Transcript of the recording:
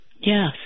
Yes